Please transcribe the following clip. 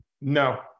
No